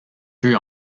fut